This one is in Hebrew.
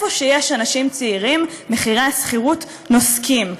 במקומות שיש אנשים צעירים מחירי השכירות נוסקים.